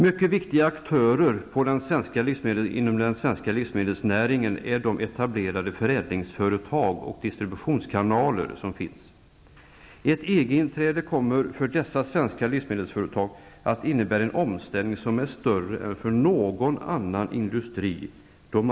Mycket viktiga aktörer inom den svenska livsmedelsnäringen är de etablerade förädlingsföretagen och disributionskanalerna. Då marknaden mot EG öppnas kommer det att för dessa svenska livsmedelsföretag innebära en omställning som är större än för någon annan industri.